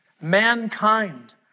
Mankind